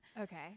Okay